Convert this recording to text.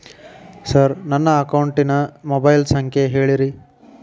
sir ನನ್ನ ಅಕೌಂಟಿನ mobile ಸಂಖ್ಯೆ ಹೇಳಿರಿ